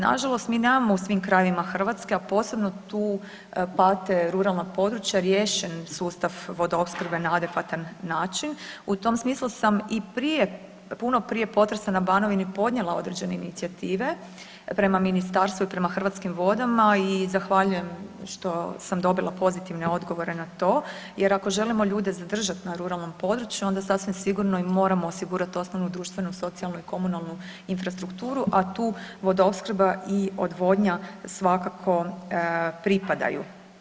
Nažalost mi nemamo u svim krajevima Hrvatske a posebno tu pate ruralne područja, riješen sustav vodoopskrbe na adekvatan način, u tom smislu sam i prije, puno prije potresa na Banovini podnijela određene inicijative prema ministarstvu i prema Hrvatskim vodama i zahvaljujem što sam dobila pozitivne odgovore na to jer ako želimo ljude zadržat na ovom području, onda sasvim sigurno i moramo osigurat osnovnu, društvenu, socijalnu i komunalnu infrastrukturu a tu vodoopskrba i odvodnja svakako pripadaju.